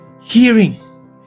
hearing